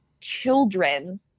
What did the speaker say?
children